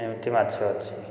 ଏମିତି ମାଛ ଅଛି